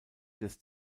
des